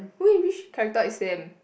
whi~ which character is them